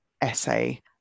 essay